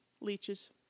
Leeches